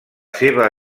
seva